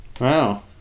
Wow